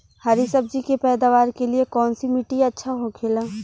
हरी सब्जी के पैदावार के लिए कौन सी मिट्टी अच्छा होखेला?